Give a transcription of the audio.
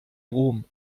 brom